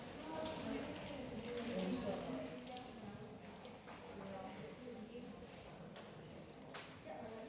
Tak